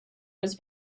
was